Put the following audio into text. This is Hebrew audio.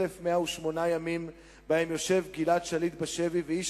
1,108 ימים שבהם יושב גלעד שליט בשבי ואיש